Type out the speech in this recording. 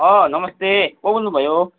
अँ नमस्ते को बोल्नुभयो